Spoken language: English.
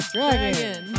Dragon